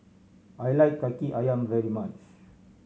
I like Kaki Ayam very much